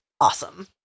awesome